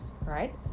Right